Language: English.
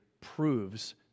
proves